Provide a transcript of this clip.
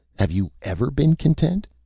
have you ever been content?